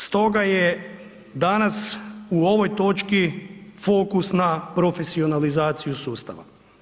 Stoga je danas u ovoj točki fokus na profesionalizaciju sustava.